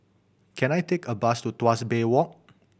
can I take a bus to Tuas Bay Walk